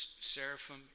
seraphim